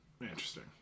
Interesting